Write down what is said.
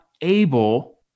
able